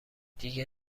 دیگه